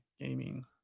gaming